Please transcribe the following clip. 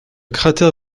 cratère